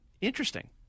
interesting